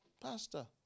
Pastor